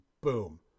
boom